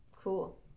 Cool